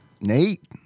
Nate